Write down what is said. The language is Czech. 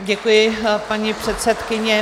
Děkuji, paní předsedkyně.